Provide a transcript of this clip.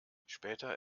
später